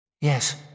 Yes